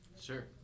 Sure